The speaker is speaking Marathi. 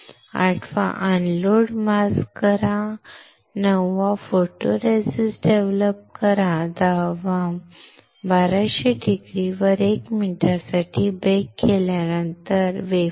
आठवा अनलोड मास्कunload mask नववा फोटोरेसिस्ट विकसित करा दहावा 1200C वर 1 मिनिटासाठी बेक केल्यानंतर वेफर